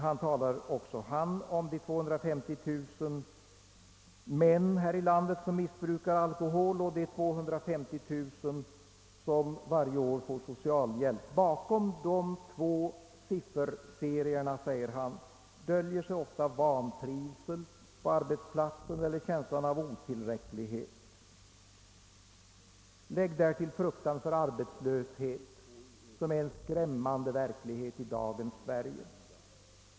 Han talar också om de 250 000 män här i landet som missbrukar alkohol och om de 250 000 som varje år får socialhjälp. Bakom de två sifferserierna, säger han, döljer sig ofta vantrivsel på arbetsplatsen eller känslan av otillräcklighet. Lägg därtill fruktan för arbetslöshet, som är en skrämmande verklighet i dagens Sverige.